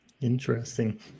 interesting